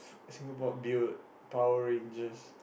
Si~ Singapore build Power-Rangers